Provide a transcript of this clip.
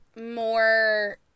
more